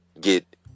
get